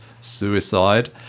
suicide